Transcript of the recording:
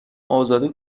ازاده